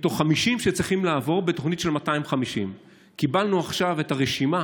מתוך 50 מיליון שצריכים לעבור בתוכנית של 250. קיבלנו עכשיו את הרשימה